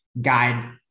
guide